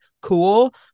cool